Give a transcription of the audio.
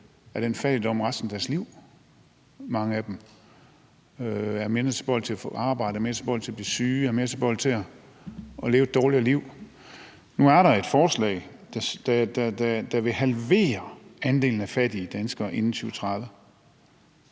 af den fattigdom resten af deres liv, er mindre tilbøjelige til at få et arbejde, er mere tilbøjelige til at blive syge og er mere tilbøjelige til at leve et dårligere liv. Nu er der et forslag, der vil halvere andelen af fattige danskere inden 2030,